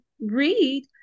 read